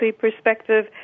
perspective